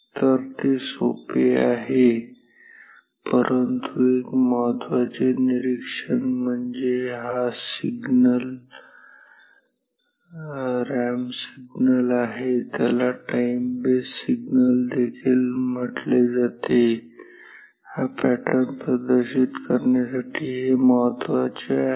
तर ते सोपे आहे परंतु एक महत्त्वाचे निरीक्षण म्हणजे हा सिग्नल हा रॅम्प सिग्नल आहे ज्याला टाइम बेस सिग्नल देखील म्हटले जाते हा पॅटर्न प्रदर्शित करण्यासाठी हे महत्वाचे आहे